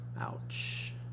Ouch